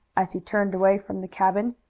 as he turned away from the cabin.